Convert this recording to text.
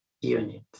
unit